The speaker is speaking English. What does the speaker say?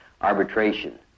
arbitration